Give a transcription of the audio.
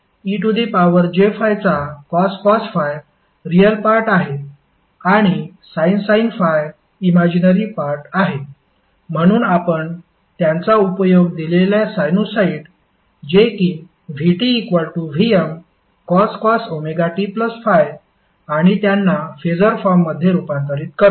ej∅ चा cos ∅ real part आहे आणि sin ∅ इमॅजिनरी पार्ट आहे म्हणून आपण त्यांचा उपयोग दिलेल्या साइनुसॉईड जे कि vtVmcos ωt∅ आणि त्यांना फेसर फॉर्ममध्ये रूपांतरित करतो